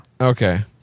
Okay